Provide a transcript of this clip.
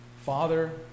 father